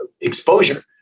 exposure